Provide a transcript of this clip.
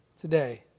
today